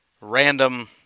random